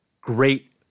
great